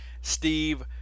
Steve